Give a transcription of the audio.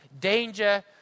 danger